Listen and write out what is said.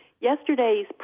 Yesterday's